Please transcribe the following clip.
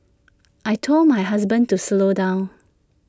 I Told my husband to slow down